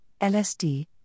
LSD